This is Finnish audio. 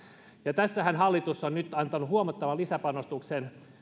ja tässähän hallitus on nyt antanut huomattavan lisäpanostuksen